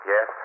Yes